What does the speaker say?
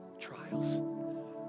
trials